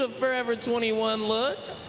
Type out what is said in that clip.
ah forever twenty one look.